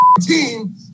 team